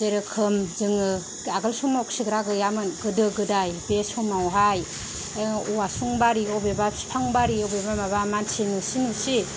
जेरोखोम जोङो आगोल समाव खिग्रा गैयामोन गोदो गोदाय बे समावहाय औवासुं बारि अबेबा बिफां बारि अबेबा माबा मानसि नुसि नुसि